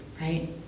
right